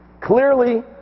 Clearly